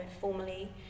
formally